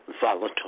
volatile